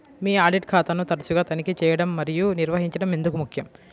మీ audit ఖాతాను తరచుగా తనిఖీ చేయడం మరియు నిర్వహించడం ఎందుకు ముఖ్యం?